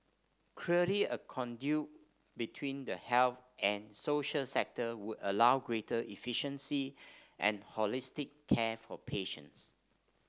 clearly a conduit between the health and social sector would allow greater efficiency and holistic care for patients